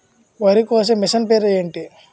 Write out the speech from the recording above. వరి కోసే మిషన్ పేరు ఏంటి